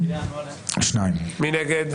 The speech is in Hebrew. מי נגד?